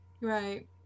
Right